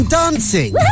dancing